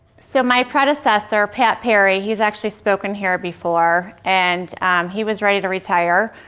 so my predecessor, pat perry, he's actually spoken here before. and he was ready to retire,